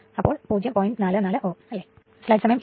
16 അല്ലെങ്കിൽ 0